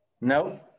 No